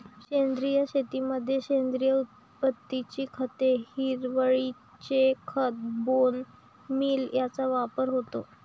सेंद्रिय शेतीमध्ये सेंद्रिय उत्पत्तीची खते, हिरवळीचे खत, बोन मील यांचा वापर होतो